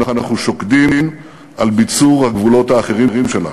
אנחנו שוקדים על ביצור הגבולות האחרים שלנו.